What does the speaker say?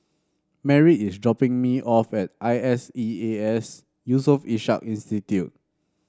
Merritt is dropping me off at I S E A S Yusof Ishak Institute